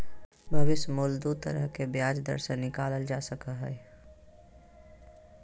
भविष्य मूल्य दू तरह के ब्याज दर से निकालल जा हय